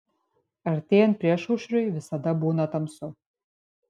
artėjant priešaušriui visada būna tamsu